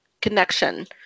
connection